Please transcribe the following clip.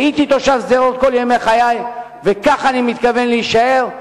הייתי תושב שדרות כל ימי חיי וכך אני מתכוון להישאר.